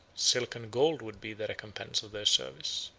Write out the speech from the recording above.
silk and gold would be the recompense of their service.